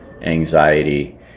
anxiety